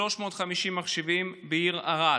ו-350 מחשבים בעיר ערד.